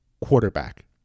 quarterback